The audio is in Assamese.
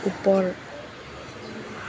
ওপৰ